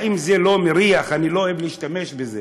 האם זה לא מריח, אני לא אוהב להשתמש בזה,